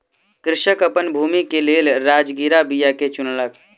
कृषक अपन भूमि के लेल राजगिरा बीया के चुनलक